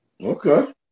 Okay